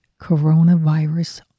coronavirus